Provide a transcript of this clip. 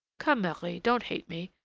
come, marie, don't hate me,